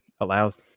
allows